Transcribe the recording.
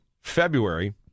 February